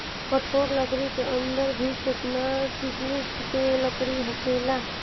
कठोर लकड़ी के अंदर भी केतना किसिम के लकड़ी होखेला